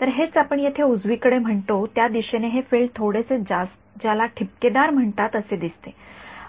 तर हेच आपण येथे उजवीकडे म्हणतो त्या दिशेने हे फील्ड थोडेसे ज्याला ठिपकेदार म्हणतात असे दिसते